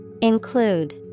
Include